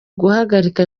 guhagarika